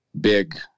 big